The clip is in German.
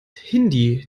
hindi